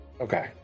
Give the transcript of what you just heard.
Okay